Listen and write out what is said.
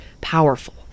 powerful